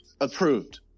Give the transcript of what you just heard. Approved